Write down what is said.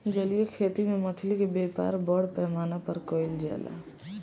जलीय खेती में मछली के व्यापार बड़ पैमाना पर कईल जाला